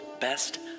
best